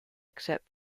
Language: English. except